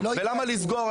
למה לסגור?